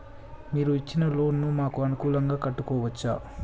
మీరు ఇచ్చిన లోన్ ను మాకు అనుకూలంగా కట్టుకోవచ్చా?